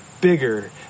bigger